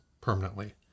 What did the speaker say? permanently